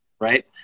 right